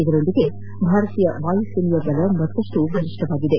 ಇದರೊಂದಿಗೆ ಭಾರತೀಯ ವಾಯುಸೇನೆಯ ಬಲ ಮತ್ತಷ್ಟು ಬಲಿಷ್ಠವಾಗಿದೆ